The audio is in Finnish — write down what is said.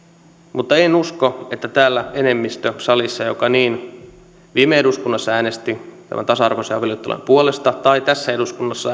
mutta en usko että täällä enemmistö salissa joka viime eduskunnassa äänesti tasa arvoisen avioliittolain puolesta tai tässä eduskunnassa